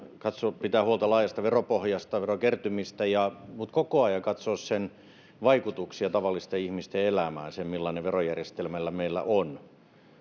ja pitää huolta laajasta veropohjasta ja verokertymistä mutta koko ajan katsoa sen vaikutuksia tavallisten ihmisten elämään millainen verojärjestelmä meillä meillä on